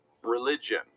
religion